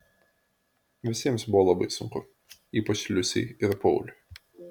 visiems buvo labai sunku ypač liusei ir pauliui